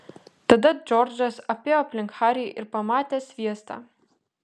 tada džordžas apėjo aplink harį ir pamatė sviestą